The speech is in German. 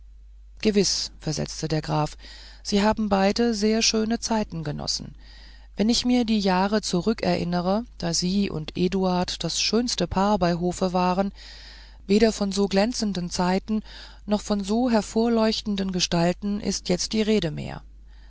gewiß versetzte der graf sie haben beide sehr schöner zeiten genossen wenn ich mir die jahre zurückerinnere da sie und eduard das schönste paar bei hof waren weder von so glänzenden zeiten noch von so hervorleuchtenden gestalten ist jetzt die rede mehr